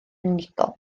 unigol